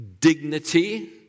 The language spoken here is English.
dignity